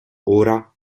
ora